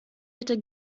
hätte